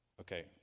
Okay